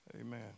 Amen